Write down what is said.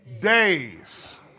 days